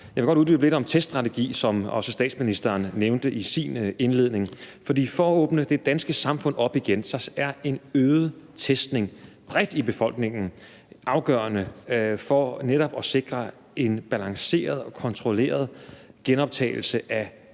Jeg vil godt uddybe lidt om teststrategien, som også statsministeren nævnte i sin indledning. For at åbne det danske samfund op igen er en øget testning bredt i befolkningen afgørende, altså for netop at sikre en balanceret og kontrolleret genoptagelse af